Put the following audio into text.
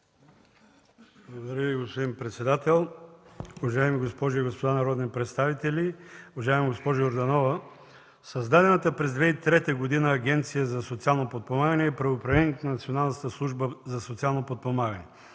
Благодаря Ви, господин председател. Уважаеми госпожи и господа народни представители, уважаема госпожо Йорданова, създадената през 2003 г. Агенция за социално подпомагане е правоприемник на Националната служба за социално подпомагане.